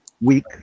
week